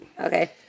Okay